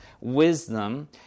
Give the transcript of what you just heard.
Wisdom